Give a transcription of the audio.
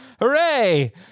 Hooray